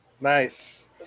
nice